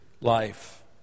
life